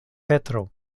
petro